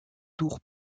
tour